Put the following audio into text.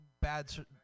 bad